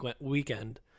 weekend